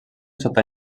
sota